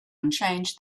unchanged